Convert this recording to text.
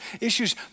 issues